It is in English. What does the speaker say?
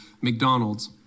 McDonald's